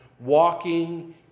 Walking